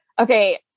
Okay